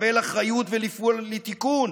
לקבל אחריות ולפעול לתיקון,